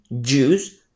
Jews